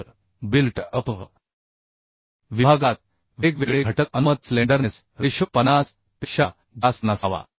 तर built up विभागात वेगवेगळे घटक अनुमत स्लेंडरनेस रेशो 50 पेक्षा जास्त नसावा